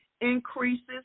increases